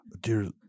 Dear